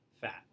Fat